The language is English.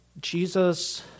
Jesus